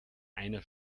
einer